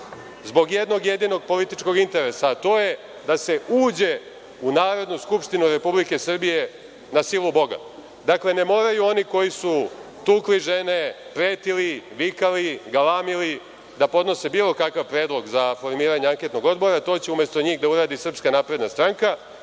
zbog jednog jedinog političkog interesa, a to je da se uđe u Narodnu skupštinu Republike Srbije na silu Boga. Dakle, ne moraju oni koji su tukli žene, pretili im, vikali, galamili da podnose bilo kakav predlog za formiranje anketnog odbora. To će umesto njih da uradi SNS i to već danas